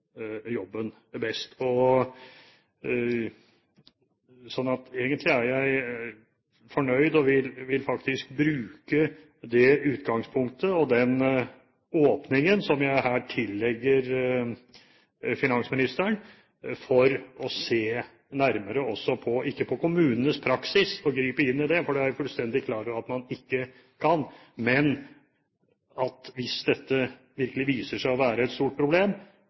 jobben best. Så egentlig er jeg fornøyd om finansministeren faktisk vil bruke det utgangspunktet og den åpningen som jeg her tillegger ham, til å se nærmere på det – ikke på kommunenes praksis og gripe inn i det, for det er jeg fullstendig klar over at man ikke kan – og at han, hvis dette virkelig viser seg å være et stort problem,